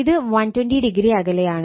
ഇത് 120o അകലെയാണ്